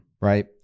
right